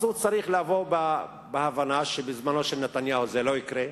הוא צריך לבוא עם הבנה שבזמנו של נתניהו זה לא יקרה,